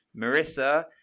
Marissa